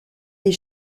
est